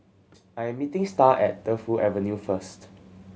I am meeting Star at Defu Avenue first